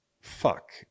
fuck